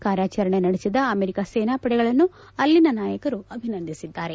ಕಾರ್ಯಾಚರಣೆ ನಡೆಸಿದ ಅಮೆರಿಕ ಸೇನಾಪಡೆಗಳನ್ನು ಅಲ್ಲಿನ ನಾಯಕರು ಅಭಿನಂದಿಸಿದ್ದಾರೆ